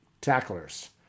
tacklers